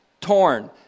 torn